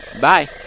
bye